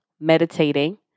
meditating